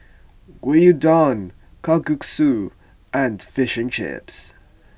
Gyudon Kalguksu and Fish and Chips